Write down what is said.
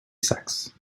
sacks